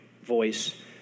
voice